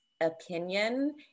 opinion